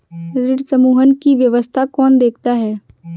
ऋण समूहन की व्यवस्था कौन देखता है?